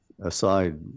aside